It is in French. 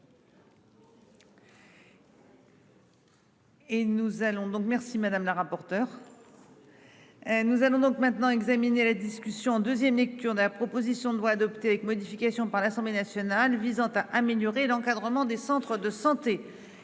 merci madame la rapporteure. Nous allons donc maintenant examiner la discussion deuxième lecture de la proposition de loi adoptée avec modifications par l'Assemblée nationale visant à améliorer l'encadrement des centres de santé